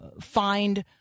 find